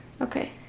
Okay